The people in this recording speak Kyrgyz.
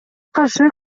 каршы